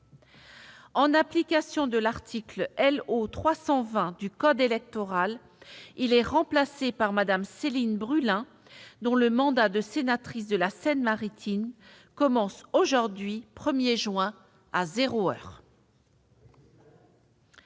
En application de l'article L.O. 320 du code électoral, il est remplacé par Mme Céline Brulin, dont le mandat de sénatrice de la Seine-Maritime commence aujourd'hui 1 juin, à zéro heure.